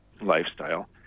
lifestyle